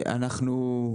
מה עם צחי?